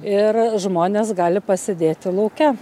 ir žmonės gali pasėdėti lauke